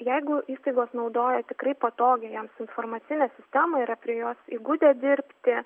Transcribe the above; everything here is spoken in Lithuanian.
jeigu įstaigos naudoja tikrai patogią jiems informacinę sistemą yra prie jos įgudę dirbti